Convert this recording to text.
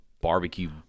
barbecue